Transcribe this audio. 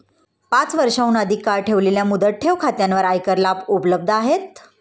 पाच वर्षांहून अधिक काळ ठेवलेल्या मुदत ठेव खात्यांवर आयकर लाभ उपलब्ध आहेत